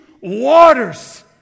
waters